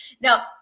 Now